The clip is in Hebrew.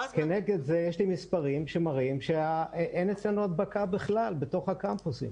כנגד זה יש לי מספרים שמראים שאין אצלנו הדבקה בכלל בתוך הקמפוסים.